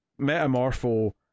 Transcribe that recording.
metamorpho